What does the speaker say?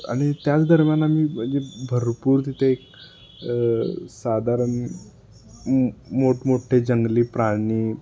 आणि त्याच दरम्यान आम्ही म्हणजे भरपूर तिथे एक साधारण मोठमोठे जंगली प्राणी